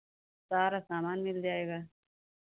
सारा सामान मिल जाएगा